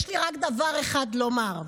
יש לי רק דבר אחד לומר: